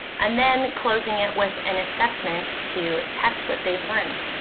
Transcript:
and then closing it with an assessment to test what they've learned.